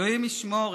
אלוהים ישמור.